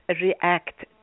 react